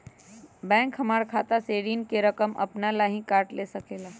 Bank हमार खाता से ऋण का रकम अपन हीं काट ले सकेला?